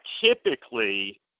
typically